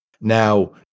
Now